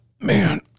man